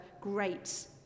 great